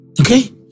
okay